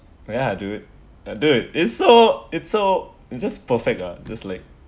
ya do it do it it's so it's so it's just perfect uh just like